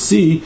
See